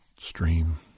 stream